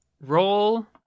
Roll